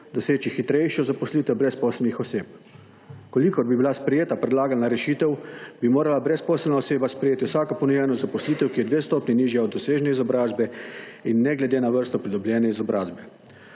doseči hitrejšo zaposlitev brezposelnih oseb. V kolikor bi bila sprejeta predlagana rešitev, bi morala brezposelna oseba sprejeti vsako ponujeno zaposlitev, ki je dve stopnji nižja od dosežene izobrazbe in ne glede na vrsto pridobljene izobrazbe.